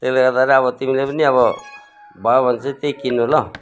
त्यसले गर्दाखेरि अब तिमीले पनि अब भयो भने चाहिँ त्यही किन्नु ल